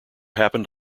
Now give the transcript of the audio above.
happened